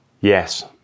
yes